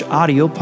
audio